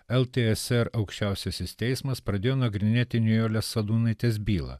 ltsr aukščiausiasis teismas pradėjo nagrinėti nijolės sadūnaitės bylą